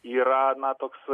yra toks